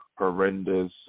horrendous